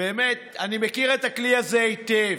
אני באמת מכיר את הכלי הזה היטב.